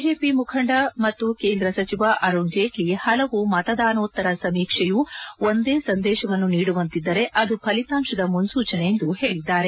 BJP ಮುಖಂದ ಮತ್ತು ಕೇಂದ್ರ ಸಚಿವ ಅರುಣ್ ಜೇಟ್ಲಿ ಹಲವು ಮತದಾರೋತ್ತರ ಸಮೀಕ್ಷೆಯು ಒಂದೇ ಸಂದೇಶವನ್ನು ನೀಡುವಂತಿದ್ದರೆ ಅದು ಫಲಿತಾಂಶದ ಮುನ್ಸೂಚನೆ ಎಂದು ಹೇಳಿದ್ದಾರೆ